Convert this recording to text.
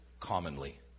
commonly